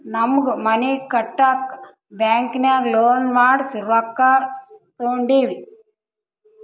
ನಮ್ಮ್ಗ್ ಮನಿ ಕಟ್ಟಾಕ್ ಬ್ಯಾಂಕಿನಾಗ ಲೋನ್ ಮಾಡ್ಸಿ ರೊಕ್ಕಾ ತೊಂಡಿವಿ